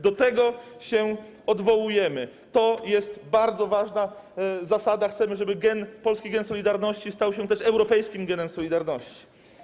Do tego się odwołujemy, to jest bardzo ważna zasada, chcemy, żeby polski gen solidarności stał się też europejskim genem solidarności.